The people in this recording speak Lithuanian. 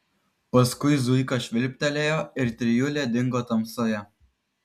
paskui zuika švilptelėjo ir trijulė dingo tamsoje